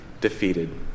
defeated